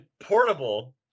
portable